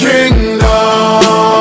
Kingdom